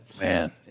man